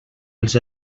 els